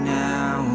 now